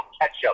ketchup